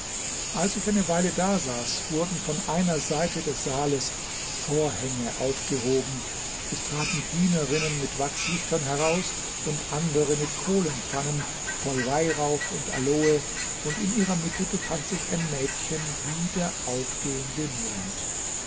als ich eine weile dasaß wurden von einer seite des saales vorhänge aufgehoben es traten dienerinnen mit wachslichtern heraus und andere mit kohlenpfannen voll weihrauch und aloe und in ihrer mitte befand sich ein mädchen wie der aufgehende mond